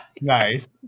Nice